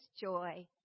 joy